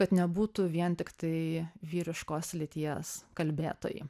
kad nebūtų vien tiktai vyriškos lyties kalbėtojai